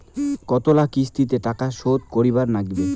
কতোলা কিস্তিতে টাকা শোধ করিবার নাগীবে?